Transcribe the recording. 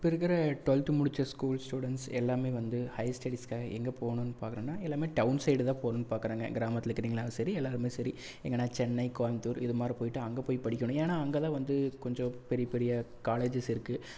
இப்போருக்குற twelfth முடித்த school students எல்லாம் வந்து ஹையர் ஸ்டெடிஸுக்காக எங்கே போகணுன்னு பாக்குணும்னா எல்லாம் டவுன் சைடு தான் போகணுன்னு பாக்கிறாங்க கிராமத்தில் இருக்கிறீங்கினாலும் சரி எல்லாரும் சரி எங்கனா சென்னை கோயமுத்தூர் இதுமாதிரி போய்ட்டு அங்கே போய் படிக்கணும் ஏன்னா அங்கே தான் வந்து கொஞ்சம் பெரிய பெரிய காலேஜஸ் இருக்கு